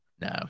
No